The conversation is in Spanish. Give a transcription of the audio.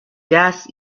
jazz